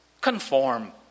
Conform